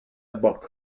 bosch